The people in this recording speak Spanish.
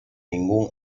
ningún